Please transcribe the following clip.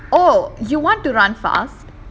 oh you want to run fast